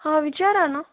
हां विचारा ना